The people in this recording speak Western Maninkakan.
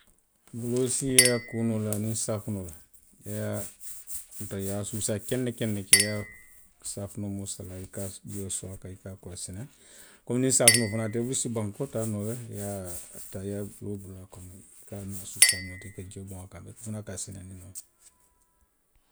I se a kuu noo le aniŋ saafinoo la, i ye a suusaa kende kende ke, i ye a, i ka jio soronta, i ka a koo sinaŋ, komiŋ niŋ saafinoo fanaŋ te i bulu, i si bankoo taa noo le, i ye a taa, i ye i buloo bula a kono i ka aniŋ a suusaa ňonti, i ka jio boŋ a kaŋ, wo fanaŋ ka a seneyaandi le.